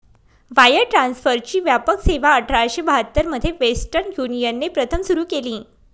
wire ट्रान्सफरची व्यापक सेवाआठराशे बहात्तर मध्ये वेस्टर्न युनियनने प्रथम सुरू केली